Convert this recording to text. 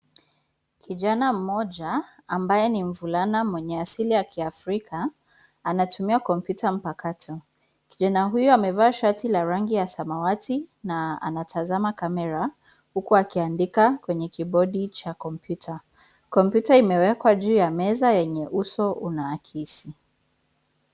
Kijana mmoja ambaye ni mvulana mwenye asili ya kiafrika anatumia kompyuta mpakato. Kijana huyo amevaa shati la rangi ya samawati na anatazama kamera huku akiandika kwenye kibodi cha kompyuta. Kompyuta imewekwa juu ya meza yenye uso unaakisi.